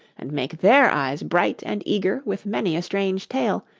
and make their eyes bright and eager with many a strange tale,